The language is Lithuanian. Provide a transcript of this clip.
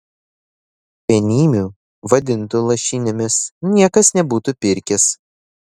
penimių vadintų lašininėmis niekas nebūtų pirkęs